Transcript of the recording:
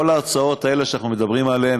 כל ההוצאות האלה שאנחנו מדברים עליהן,